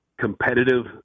competitive